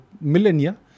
millennia